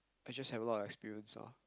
I just have a lot of experience loh